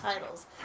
titles